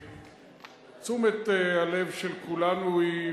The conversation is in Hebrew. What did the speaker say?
תשומת הלב של כולנו היא,